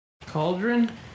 cauldron